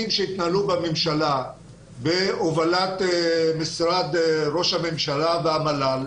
שהתנהלו בממשלה בהובלת משרד ראש הממשלה והמל"ל,